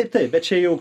taip taip bet čia jau